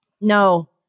No